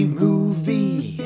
movie